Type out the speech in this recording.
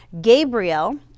Gabriel